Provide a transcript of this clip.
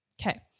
Okay